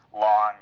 long